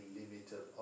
limited